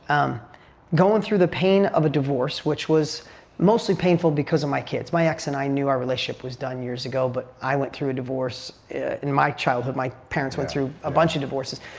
um going through the pain of a divorce which was mostly painful because of my kids. my ex and i knew our relationship was done years ago but i went through a divorce in my childhood. my parents went through a bunch of divorces.